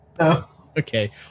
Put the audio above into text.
Okay